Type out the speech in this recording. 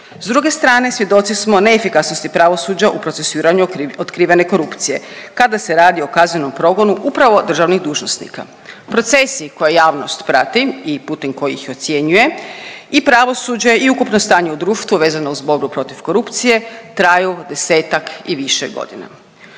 S druge strane svjedoci smo neefikasnosti pravosuđa u procesuiranju otkrivene korupcije kada se radi o kaznenom progonu upravo državnih dužnosnika. Procesi koje javnost prati i putem kojih ocjenjuje i pravosuđe i ukupno stanje u društvu vezano uz borbu protiv korupcije traju 10-ak i više godina.